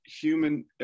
human